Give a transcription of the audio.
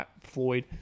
Floyd